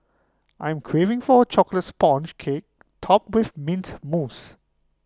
I am craving for A Chocolate Sponge Cake Topped with Mint Mousse